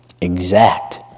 exact